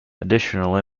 additionally